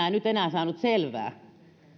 en nyt enää saanut selvää